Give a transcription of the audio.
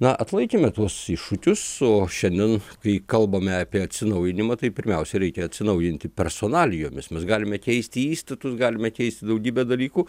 na atlaikėme tuos iššūkius o šiandien kai kalbame apie atsinaujinimą tai pirmiausia reikia atsinaujinti personalijomis mes galime keisti įstatus galime keisti daugybę dalykų